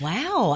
Wow